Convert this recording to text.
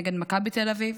נגד מכבי תל אביב,